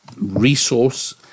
resource